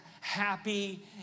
happy